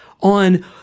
on